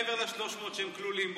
מעבר ל-300 שהם כלולים בו,